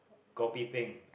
kopi-peng